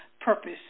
purpose